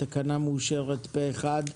התקנות אושרו פה אחד.